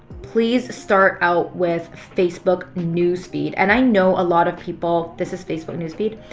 please start out with facebook news feed. and i know a lot of people, this is facebook news feed,